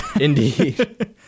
Indeed